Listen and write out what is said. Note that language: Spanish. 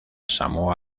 samoa